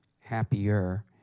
happier